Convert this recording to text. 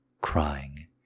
crying